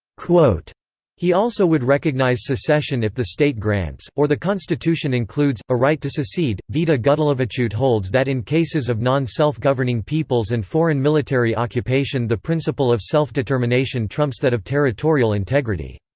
he also would recognize secession if the state grants, or the constitution includes, a right to secede vita gudeleviciute holds that in cases of non-self-governing peoples and foreign military occupation the principle of self-determination trumps that of territorial integrity.